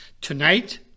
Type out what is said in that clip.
Tonight